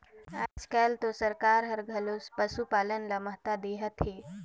आयज कायल तो सरकार हर घलो पसुपालन ल महत्ता देहत हे